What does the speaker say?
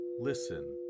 listen